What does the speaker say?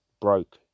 broke